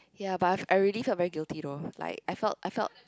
ya but I've already felt very guilty though like I felt I felt